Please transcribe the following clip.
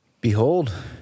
Behold